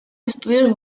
estudios